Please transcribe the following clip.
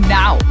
now